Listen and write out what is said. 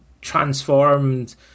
transformed